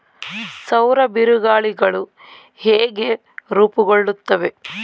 ಸೌರ ಬಿರುಗಾಳಿಗಳು ಹೇಗೆ ರೂಪುಗೊಳ್ಳುತ್ತವೆ?